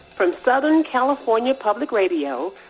from southern california public radio,